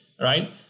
right